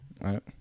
Right